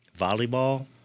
volleyball